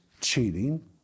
cheating